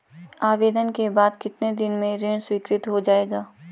आवेदन के बाद कितने दिन में ऋण स्वीकृत हो जाएगा?